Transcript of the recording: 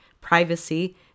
privacy